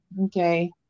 okay